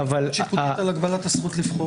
הוא לא רוצה ביקורת שיפוטית על הגבלת הזכות לבחור.